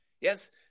yes